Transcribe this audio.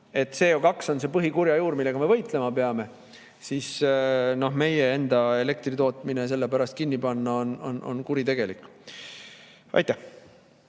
CO2on see põhikurjajuur, millega me võitlema peame, siis meie enda elektritootmine selle pärast kinni panna on kuritegelik. Kert